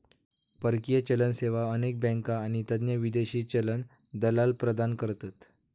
परकीय चलन सेवा अनेक बँका आणि तज्ञ विदेशी चलन दलाल प्रदान करतत